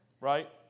Right